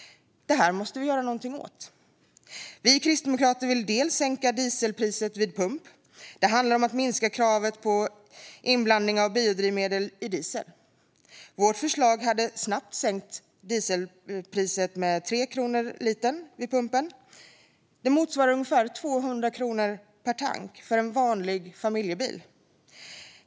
Det här måste vi göra någonting åt. Vi kristdemokrater vill sänka dieselpriset vid pump. Det handlar om att minska kravet på inblandning av biodrivmedel i diesel. Vårt förslag hade snabbt sänkt dieselpriset med 3 kronor litern vid pump. Det motsvarar ungefär 200 kronor per tank för en vanlig familjebil.